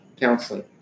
counseling